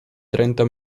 trenta